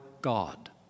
God